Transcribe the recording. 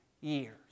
years